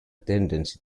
tendency